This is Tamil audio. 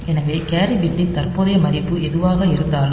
எனவே கேரி பிட்டின் தற்போதைய மதிப்பு எதுவாக இருந்தாலும்